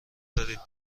دارید